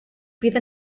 fydd